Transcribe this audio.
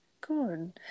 Good